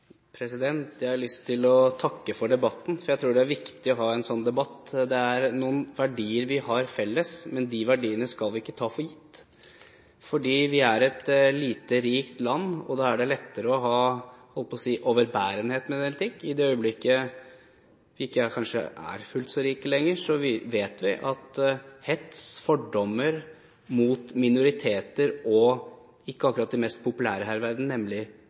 debatt. Det er noen verdier vi har felles, men de verdiene skal vi ikke ta for gitt, for vi er et lite, rikt land, og da er det lettere å ha – jeg holdt på å si – overbærenhet med en del ting. I det øyeblikket vi kanskje ikke er fullt så rike lenger, så vet vi at hets, fordommer mot minoriteter og mot dem som ikke akkurat er de mest populære her i verden, nemlig